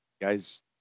guys